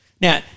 Now